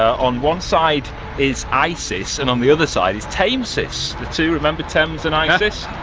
on one side is isis and on the other side is tamesis. the two, remember thames and isis,